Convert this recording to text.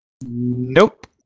Nope